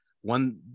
One